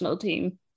team